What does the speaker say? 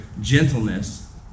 gentleness